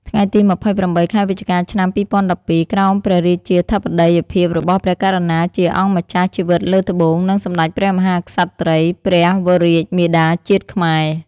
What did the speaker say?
ថ្ងៃទី២៨ ខែវិច្ឆិកា ឆ្នាំ២០១២ ក្រោមព្រះរាជាធិបតីភាពរបស់ព្រះករុណាជាអម្ចាស់ជីវិតលើត្បូង និងសម្ដេចព្រះមហាក្សត្រីព្រះវររាជមាតាជាតិខ្មែរ។